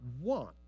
want